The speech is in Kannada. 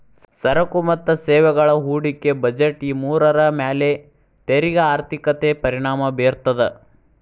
ಸರಕು ಮತ್ತ ಸೇವೆಗಳ ಹೂಡಿಕೆ ಬಜೆಟ್ ಈ ಮೂರರ ಮ್ಯಾಲೆ ತೆರಿಗೆ ಆರ್ಥಿಕತೆ ಪರಿಣಾಮ ಬೇರ್ತದ